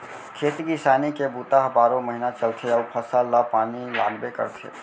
खेती किसानी के बूता ह बारो महिना चलथे अउ फसल ल पानी लागबे करथे